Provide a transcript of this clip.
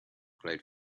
glowed